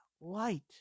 light